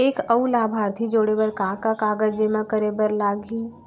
एक अऊ लाभार्थी जोड़े बर का का कागज जेमा करे बर लागही?